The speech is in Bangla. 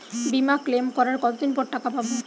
বিমা ক্লেম করার কতদিন পর টাকা পাব?